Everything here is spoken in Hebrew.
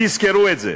תזכרו את זה.